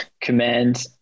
command